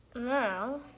Now